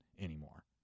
anymore